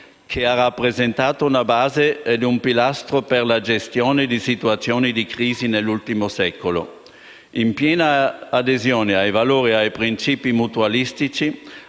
che ha rappresentato una base e un pilastro per la gestione di situazioni di crisi nell'ultimo secolo. La piena adesione ai valori e ai principi mutualistici